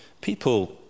People